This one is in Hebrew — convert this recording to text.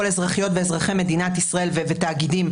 אזרחיות ואזרחי מדינת ישראל ותאגידים אלינו.